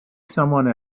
someone